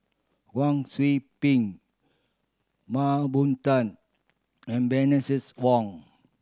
Wang Sui Pick Mah Bow Tan and Bernices Wong